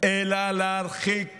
אלא להרחיק